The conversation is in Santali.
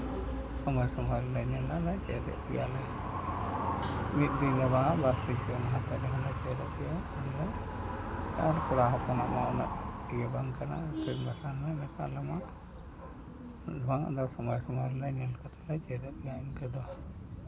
ᱪᱮᱫ ᱮᱜᱫ ᱜᱮᱭᱟᱞᱮ ᱢᱤᱫ ᱫᱤᱱ ᱛᱮᱫᱚ ᱵᱟᱝᱟ ᱵᱟᱨᱥᱤᱧ ᱯᱮ ᱢᱟᱦᱟ ᱛᱮ ᱟᱞᱮ ᱦᱚᱸᱞᱮ ᱪᱮᱫᱚᱜ ᱜᱮᱭᱟ ᱟᱞᱮ ᱦᱚᱸ ᱟᱨ ᱠᱚᱲᱟ ᱦᱚᱯᱚᱱᱟᱜ ᱦᱚᱸ ᱩᱱᱟᱹᱜ ᱤᱭᱟᱹ ᱵᱟᱝ ᱠᱟᱱᱟ ᱟᱢᱟ ᱵᱟᱝ ᱟᱫᱚ ᱥᱚᱢᱚᱭ ᱥᱚᱢᱚᱭ ᱨᱮᱞᱮ ᱧᱮᱞ ᱠᱟᱛᱮᱫ ᱞᱮ ᱪᱮᱫᱚᱜ ᱜᱮᱭᱟ ᱤᱱᱠᱟᱹ ᱫᱚ